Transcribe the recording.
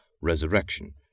resurrection